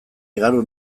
igaro